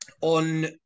on